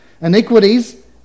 Iniquities